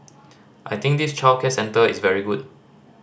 I think this childcare centre is very good